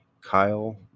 Kyle